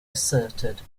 asserted